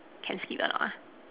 can skip or not